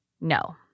No